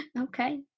Okay